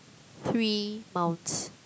three mouse